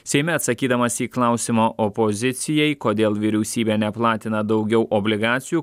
seime atsakydamas į klausimą opozicijai kodėl vyriausybė neplatina daugiau obligacijų